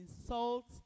insult